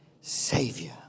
Savior